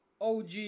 Og